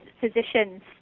physicians